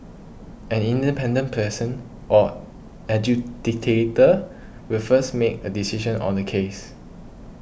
an independent person or adjudicator will first make a decision on the case